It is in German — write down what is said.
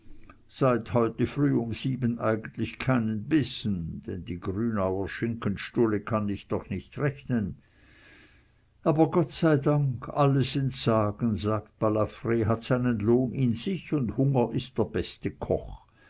seit heute früh um sieben eigentlich keinen bissen denn die grünauer schinkenstulle kann ich doch nicht rechnen aber gott sei dank alles entsagen sagt balafr hat seinen lohn in sich und hunger ist der beste koch